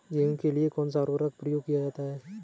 गेहूँ के लिए कौनसा उर्वरक प्रयोग किया जाता है?